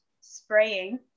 spraying